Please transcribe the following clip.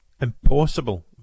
impossible